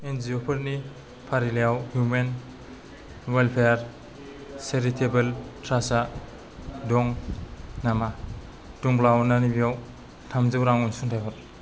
एनजिअ फोरनि फारिलाइयाव human welfare charitable ट्रास्टा दं नामा दंब्ला अन्नानै बेयाव थामजौ रां अनसुंथाइ हर